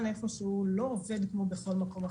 איפשהו לא עובד כמו בכל מקום אחר,